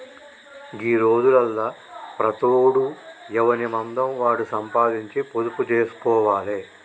గీ రోజులల్ల ప్రతోడు ఎవనిమందం వాడు సంపాదించి పొదుపు జేస్కోవాలె